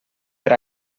per